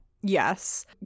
Yes